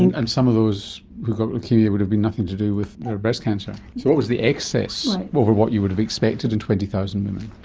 and and some of those who got leukaemia would have been nothing to do with their breast cancer. so what was the excess over what you would have expected in twenty thousand women?